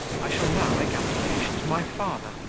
i shall now make application to my father,